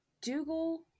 Dougal